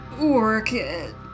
Orchid